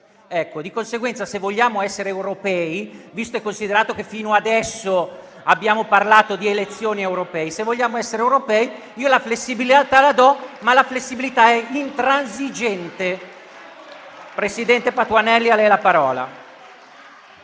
Di conseguenza, se vogliamo essere europei, visto e considerato che fino adesso abbiamo parlato di elezioni europee, la flessibilità la do, ma la flessibilità è intransigente. *(Applausi. Commenti)*.